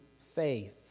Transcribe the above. faith